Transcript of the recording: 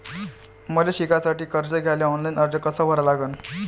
मले शिकासाठी कर्ज घ्याले ऑनलाईन अर्ज कसा भरा लागन?